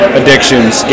addictions